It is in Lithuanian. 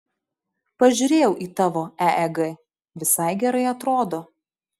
pažiūrėjau į tavo eeg visai gerai atrodo